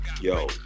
yo